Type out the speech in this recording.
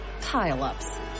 pile-ups